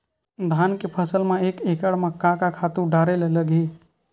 धान के फसल म एक एकड़ म का का खातु डारेल लगही?